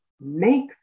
make